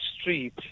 street